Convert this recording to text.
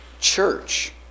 church